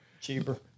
Cheaper